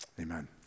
amen